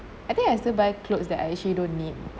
I think I still buy clothes that I actually don't need